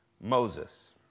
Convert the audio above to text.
moses